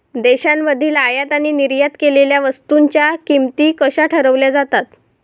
देशांमधील आयात आणि निर्यात केलेल्या वस्तूंच्या किमती कशा ठरवल्या जातात?